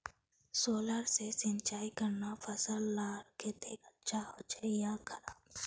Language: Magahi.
सोलर से सिंचाई करना फसल लार केते अच्छा होचे या खराब?